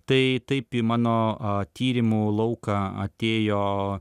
tai taip į mano tyrimų lauką atėjo